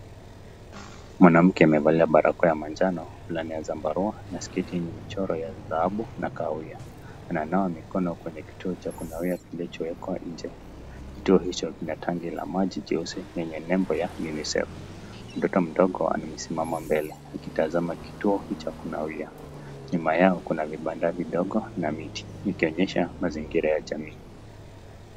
Mwanamke amevalia barakoa ya manjano fulana ya zambarau na sketi yenye michoro ya dhahabu na kahawia. Ananawa mikono kwenye kituo cha kunawia kilichowekwa nje. Kituo hicho kina tangi la maji jeusi lenye nembo ya UNICEF . Mtoto mdogo amesimama mbele akitazama kituo hicho cha kunawia. Nyuma yao kuna vibanda vidogo na miti ikionyesha mazingira ya jamii.